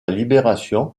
libération